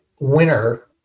winner